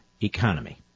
economy